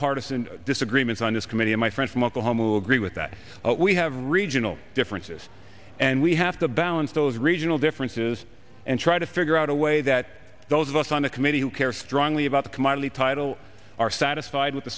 partisan disagreements on this committee and my friends from oklahoma agree with that we have regional differ insist and we have to balance those regional differences and try to figure out a way that those of us on the committee who care strongly about the commodity title are satisfied with the